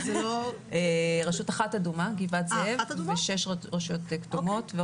רשות אחת אדומה גבעת זאב, ושש רשויות כתומות.